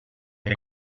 que